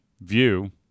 view